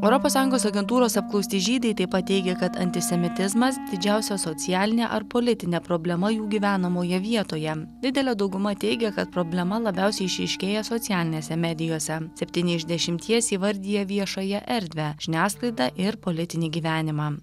europos sąjungos agentūros apklausti žydai taip pat teigė kad antisemitizmas didžiausio socialinė ar politinė problema jų gyvenamoje vietoje didelė dauguma teigė kad problema labiausiai išryškėja socialinėse medijose septyni iš dešimties įvardija viešąją erdvę žiniasklaidą ir politinį gyvenimą